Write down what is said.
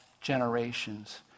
generations